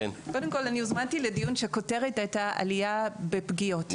קודם כל אני הוזמתי לדיון שהכותרת הייתה עלייה בפגיעות.